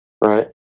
Right